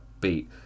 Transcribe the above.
beat